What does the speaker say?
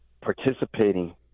participating